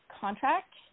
contract